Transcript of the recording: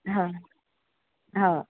हां हां